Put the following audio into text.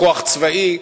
כוח צבאי,